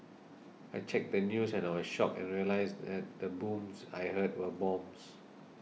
I checked the news and I was shocked and realised that the booms I heard were bombs